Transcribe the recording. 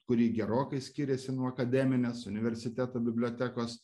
kuri gerokai skiriasi nuo akademinės universiteto bibliotekos